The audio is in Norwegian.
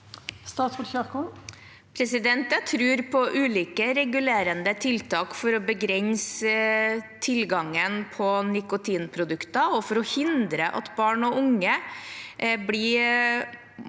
Jeg tror på uli- ke regulerende tiltak for å begrense tilgangen på nikotinprodukter og for å hindre at barn og unge blir